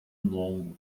longo